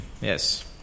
Yes